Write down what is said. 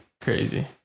crazy